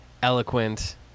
eloquent